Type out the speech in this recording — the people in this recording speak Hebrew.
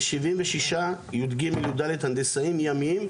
ושבעים ושישה י"ג-י"ד הנדסאים ימיים.